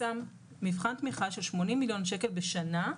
שם מבחן תמיכה של 80,000,000 שקלים בשנה,